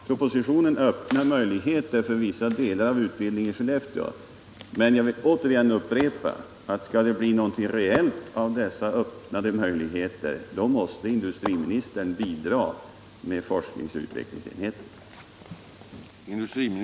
Propositionen öppnar möjligheter att lägga vissa delar av utbildningen i Skellefteå — det är riktigt. Men jag vill upprepa att skall det bli någonting reellt av dessa öppnade möjligheter måste industriministern bidra med forskningsoch utvecklingsenheten.